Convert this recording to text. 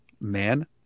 man